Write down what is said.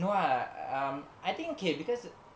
no lah um I think K because